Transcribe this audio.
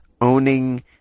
owning